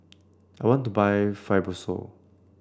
I want to buy Fibrosol